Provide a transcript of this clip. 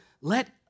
let